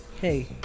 Hey